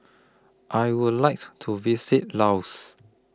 I Would like to visit Laos